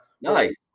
nice